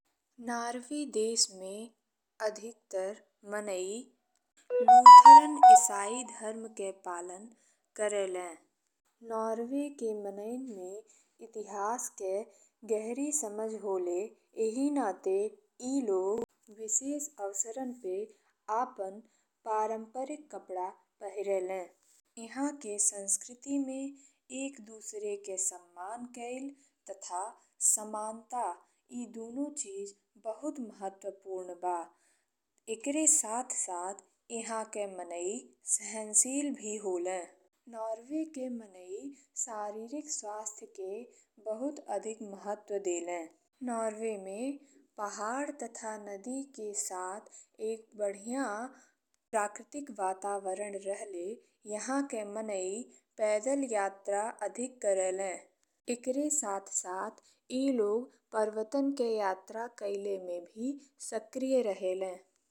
Norway देश में अधिकतर मनई ईसाई धर्म के पालन करेलें। नॉर्वे के मनई इतिहास के गहरी समझ होले। एहि नाते ई लोग विशेष अवसर पे अपना पारंपरिक कपड़ा पहिरेले। इहाँ के संस्कृति में एक दूसरे के सम्मान कइल तथा समानता ई दुनो चीज बहुत महत्वपूर्ण बा। इकरे साथ-साथ इहाँ के मनई सहनशील भी होले। नॉर्वे के मनई शारीरिक स्वास्थ्य के बहुत अधिक महत्व देले। नॉर्वे में पहाड़ तथा नदी के साथ एक बढ़िया प्राकृतिक वातावरण रहले जहाँ के माने पैदल यात्रा अधिक करेलें। इकर साथ-साथ ई लोग पर्वत के यात्रा कइले में भी सक्रिय रहलें।